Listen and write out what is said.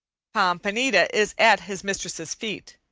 pompanita is at his mistress's feet,